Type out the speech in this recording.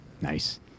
Nice